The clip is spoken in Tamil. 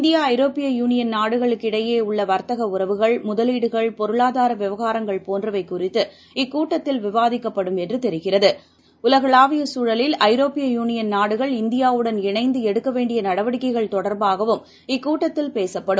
இந்தியாஐரோப்பிய யூனியன் நாடுகளுக்கிடையேஉள்ளவர்த்தகஉறவுகள் முதலீடுகள் பொருளாதாரவிவகாரங்கள் போன்றவைகுறித்து இக்கூட்டத்தில் விவாதிக்கப்படும் என்றதெரிகிறது உலகளாவியசூழலில் ஐரோப்பிய யூனியன் நாடுகள் இந்தியாவுடன் இணைந்துஎடுக்கவேண்டியநடவடிக்கைகள் தொடர்பாகவும் இக் கூட்டத்தில் பேசப்படும்